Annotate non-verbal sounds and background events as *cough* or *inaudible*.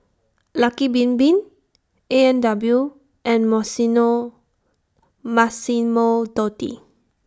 Lucky Bin Bin A and W and *unintelligible* Massimo Dutti